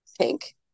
Pink